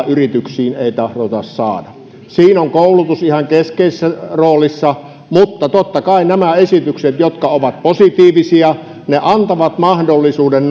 yrityksiin ei tahdota saada osaavaa työvoimaa siinä on koulutus ihan keskeisessä roolissa mutta totta kai nämä esitykset jotka ovat positiivisia antavat mahdollisuuden